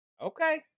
Okay